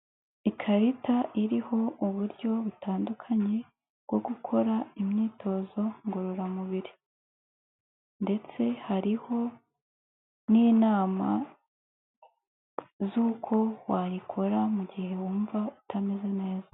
Ikarita iriho uburyo butandukanye bwo gukora imyitozo ngororamubiri, ndetse hariho n'inama z'uko wayikora mu gihe wumva utameze neza.